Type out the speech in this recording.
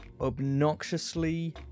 obnoxiously